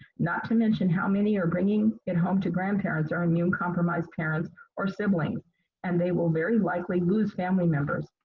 not to mention how many are bringing it home to grandparents or immune compromised parents or siblings and they will very likely lose family members.